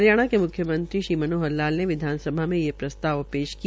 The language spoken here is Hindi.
हरियाण के मुख्यमंत्री श्री मनोहर लाल ने विधानसभा में ये ये प्रस्ताव पेश किया